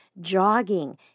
jogging